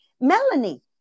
Melanie